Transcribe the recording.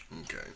Okay